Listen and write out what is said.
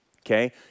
okay